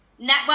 Network